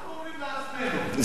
זה נכון,